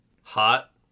Hot